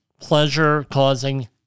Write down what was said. pleasure-causing